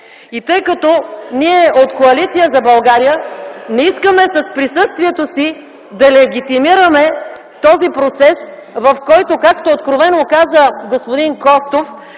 Тъй като ние от Коалиция за България не искаме с присъствието си да легитимираме този процес, в който, както откровено каза господин Костов,